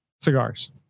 Cigars